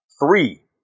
three